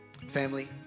Family